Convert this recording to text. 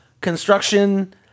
construction